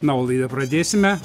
na o laidą pradėsime